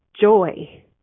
joy